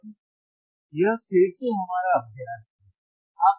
अब यह फिर से हमारा अभ्यास है